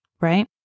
right